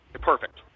Perfect